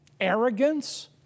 arrogance